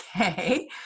Okay